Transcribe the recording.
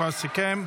כבר סיכם.